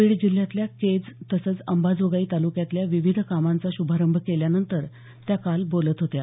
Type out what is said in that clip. बीड जिल्ह्यातल्या केज तसंच अंबाजोगाई तालुक्यातल्या विविध कामांचा शुभारंभ केल्यानंतर त्या काल बोलत होत्या